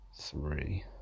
three